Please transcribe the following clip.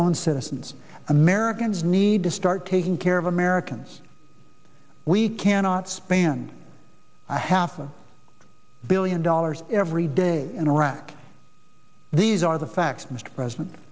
own citizens americans need to start taking care of americans we cannot spend i half a billion dollars every day in our back these are the facts mr president